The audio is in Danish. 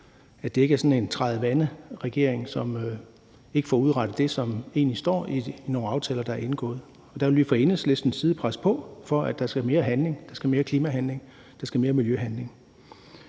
så det ikke er sådan en træde vande-regering, som ikke får udrettet det, som egentlig står i nogle aftaler, der er indgået. Og der vil vi fra Enhedslistens side presse på for, at der skal være mere handling. Der skal være mere klimahandling. Der skal være mere miljøhandling.